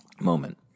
Moment